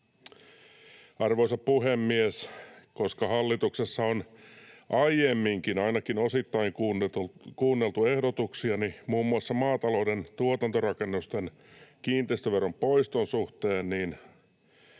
Arvoisa puhemies! Koska hallituksessa on aiemminkin ainakin osittain kuunneltu ehdotuksiani muun muassa maatalouden tuotantorakennusten kiinteistöveron poiston suhteen,